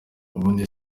ubundi